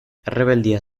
errebeldia